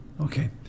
Okay